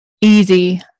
easy